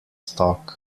stock